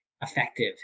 effective